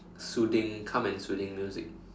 soothing calm and soothing music